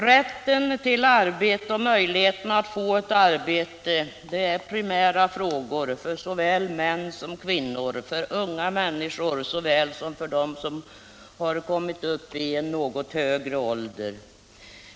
Rätten till arbete och möjligheten att få ett arbete är primära frågor för såväl män som kvinnor, för unga människor såväl som för dem som har kommit upp i en något högre ålder.